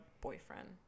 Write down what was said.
boyfriend